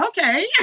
Okay